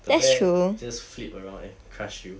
the bear just flip around and crush you